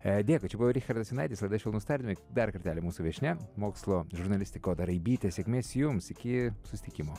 e dėkui čia buvo richardas jonaitis laida švelnūs tardymai dar kartelį mūsų viešnia mokslo žurnalistė goda raibytė sėkmės jums iki susitikimo